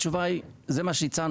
התשובה היא, זה מה שהצענו.